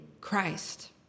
Christ